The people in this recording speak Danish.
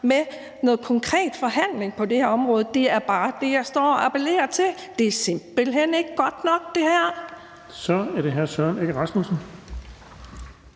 med noget konkret forhandling på det her område. Det er bare det, jeg står og appellerer til – det her er simpelt hen ikke godt nok. Kl. 15:06 Den fg. formand